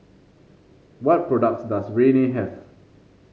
what products does Rene have